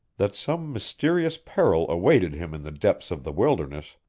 that some mysterious peril awaited him in the depths of the wilderness,